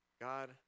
God